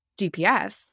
GPS